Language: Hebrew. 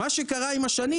מה שקרה עם השנים,